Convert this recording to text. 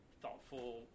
thoughtful